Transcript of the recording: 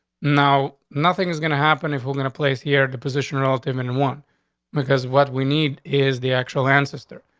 no, nothing is gonna happen if we're gonna place here the position relative and one because what we need is the actual ancestor.